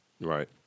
Right